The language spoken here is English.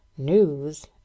News